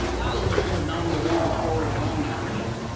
hollywood should have known to leave the story alone after that.